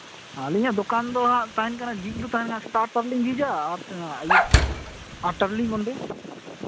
ᱟᱹᱞᱤᱧᱟᱜ ᱫᱚᱠᱟᱱ ᱫᱚ ᱦᱟᱸᱜ ᱛᱟᱦᱮᱱ ᱠᱟᱱᱟ ᱡᱷᱤᱡ ᱫᱚ ᱛᱟᱦᱮᱱᱟ ᱥᱮᱛᱟᱜ ᱟᱴᱼᱴᱟ ᱨᱮᱞᱤᱧ ᱡᱷᱤᱡᱟ ᱟᱨ ᱟᱹᱭᱩᱵ ᱟᱴᱼᱴᱟ ᱨᱮᱞᱤᱧ ᱵᱚᱱᱫᱚᱭᱟ